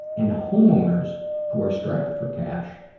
and homeowners who are strapped for cash,